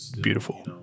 Beautiful